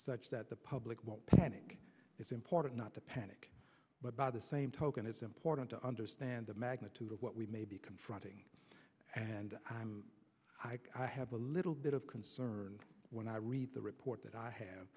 such that the public won't panic it's important not to panic but by the same token it's important to understand the magnitude of what we may be confronting and i'm i have a little bit of concern when i read the report that i have